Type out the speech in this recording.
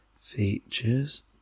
Features